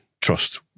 trust